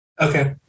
Okay